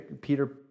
Peter